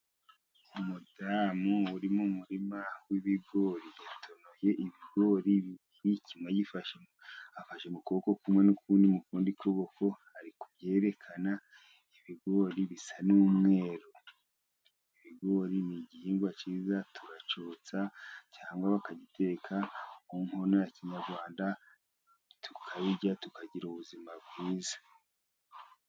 Umudamu uri mu murima w'ibigori yatonoye ibigori bibiri kimwe agifash mu kuboko kumwe ikindi mu kundi kuboko ari ku byerekana, ibigori bisa n'umweru, ibigori ni igihingwa cyiza turacyotsa cyangwa bakagitekareka mu nkono ya kinyarwanda tukabirya tukagira ubuzima bwiza.